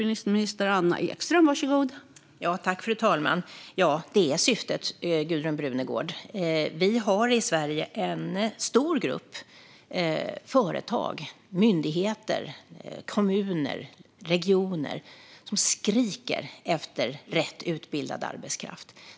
Fru talman! Det är syftet, Gudrun Brunegård. Vi har i Sverige en stor grupp företag, myndigheter, kommuner och regioner som skriker efter rätt utbildad arbetskraft.